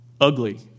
ugly